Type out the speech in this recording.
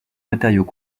matériaux